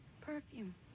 perfume